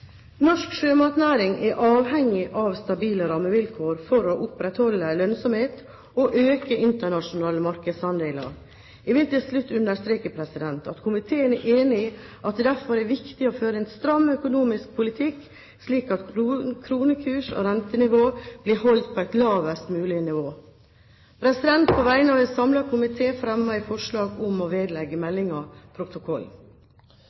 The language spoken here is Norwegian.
Norsk sjømatnæring er avhengig av stabile rammevilkår for å opprettholde lønnsomheten og øke internasjonale markedsandeler. Jeg vil til slutt understreke at komiteen er enig i at det derfor er viktig å føre en stram økonomisk politikk, slik at kronekurs og rentenivå blir holdt på et lavest mulig nivå. På vegne av en samlet komité anbefaler jeg at meldingen vedlegges protokollen. Denne meldingen er en orientering til Stortinget om